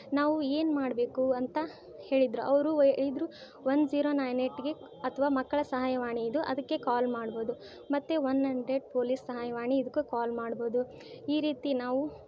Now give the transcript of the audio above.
ನಾವು ಏನು ಮಾಡಬೇಕು ಅಂತ ಹೇಳಿದರು ಅವರು ಹೇಳಿದ್ರು ಒನ್ ಝೀರೋ ನೈನ್ ಏಯ್ಟಿಗೆ ಅಥ್ವಾ ಮಕ್ಕಳ ಸಹಾಯವಾಣಿ ಇದು ಅದಕ್ಕೆ ಕಾಲ್ ಮಾಡ್ಬೌದು ಮತ್ತು ಒನ್ ಅಂಡ್ರೆಡ್ ಪೋಲೀಸ್ ಸಹಾಯವಾಣಿ ಇದಕ್ಕು ಕಾಲ್ ಮಾಡ್ಬೌದು ಈ ರೀತಿ ನಾವು